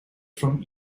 from